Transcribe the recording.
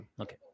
Okay